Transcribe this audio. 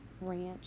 ranch